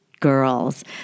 Girls